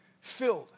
Filled